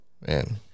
Man